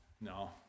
No